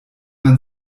man